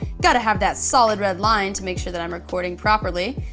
gotta have that solid red line to make sure that i'm recording properly.